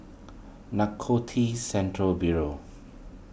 Narcotics Centre Bureau